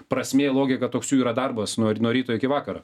prasmė logika toks jų yra darbas nuo nuo ryto iki vakaro